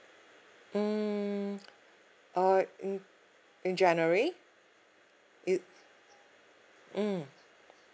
mm uh in in january it mm